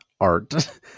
art